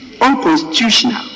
unconstitutional